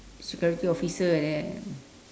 security officer like that